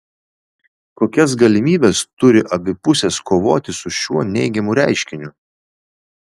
kokias galimybes turi abi pusės kovoti su šiuo neigiamu reiškiniu